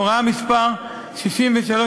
הוראה מס' 63.02,